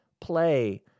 play